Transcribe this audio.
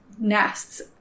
nests